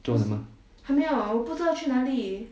做了吗